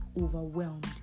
overwhelmed